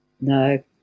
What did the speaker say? No